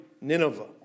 Nineveh